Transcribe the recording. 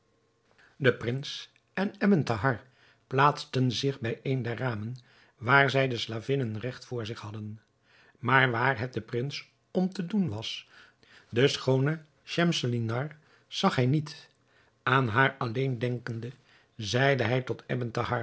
de prins en ebn thahar plaatsten zich bij een der ramen waar zij de slavinnen regt voor zich hadden maar waar het den prins om te doen was de schoone schemselnihar zag hij niet aan haar alleen denkende zeide hij tot